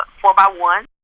four-by-one